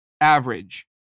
average